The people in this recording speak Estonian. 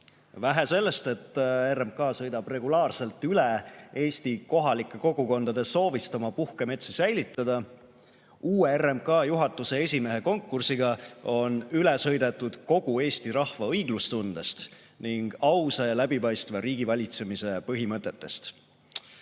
Vähe sellest, et RMK sõidab regulaarselt üle Eesti kohalike kogukondade soovist oma puhkemetsi säilitada, uue RMK juhatuse esimehe konkursiga on üle sõidetud kogu Eesti rahva õiglustundest ning ausa ja läbipaistva riigivalitsemise põhimõtetest.